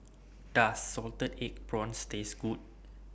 Does Salted Egg Prawns Taste Good